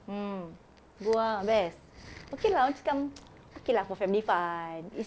mm go ah best okay lah macam okay lah for family fun it's